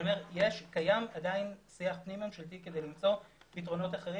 אני אומר שעדיין קיים שיח פנים ממשלתי כדי למצוא פתרונות אחרים,